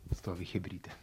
stovi chebrytė